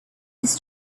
his